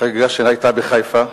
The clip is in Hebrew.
חגיגה שהיתה בחיפה,